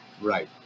right